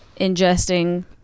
ingesting